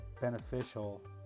beneficial